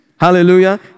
Hallelujah